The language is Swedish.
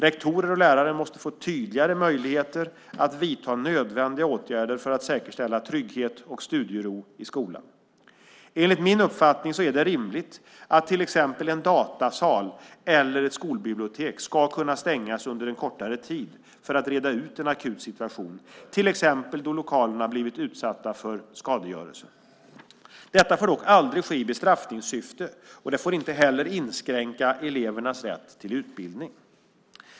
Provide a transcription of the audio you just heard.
Rektorer och lärare måste få tydligare möjligheter att vidta nödvändiga åtgärder för att säkerställa trygghet och studiero i skolan. Enligt min uppfattning är det rimligt att till exempel en datasal eller ett skolbibliotek ska kunna stängas under en kortare tid för att reda ut en akut situation, till exempel då lokalerna blivit utsatta för skadegörelse. Detta får dock aldrig ske i bestraffningssyfte och får inte heller inskränka elevernas rätt till utbildning.